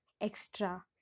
extra